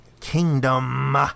Kingdom